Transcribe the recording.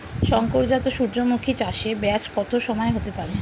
শংকর জাত সূর্যমুখী চাসে ব্যাস কত সময় হতে পারে?